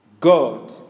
God